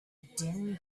din